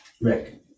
Rick